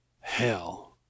Hell